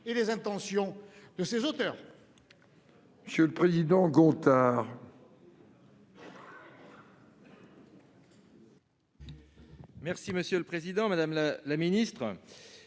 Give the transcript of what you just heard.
les intentions de ses auteurs.